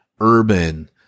urban